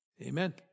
Amen